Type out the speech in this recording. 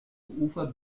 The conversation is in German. ufer